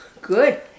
Good